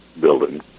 building